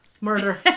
Murder